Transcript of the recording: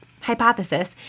hypothesis